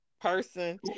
person